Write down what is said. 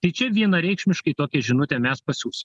tai čia vienareikšmiškai tokią žinutę mes pasiųs